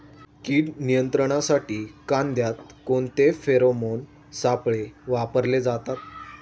कीड नियंत्रणासाठी कांद्यात कोणते फेरोमोन सापळे वापरले जातात?